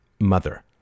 mother